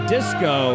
Disco